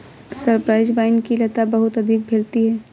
Cyprus wine की लता बहुत अधिक फैलती है